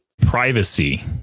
privacy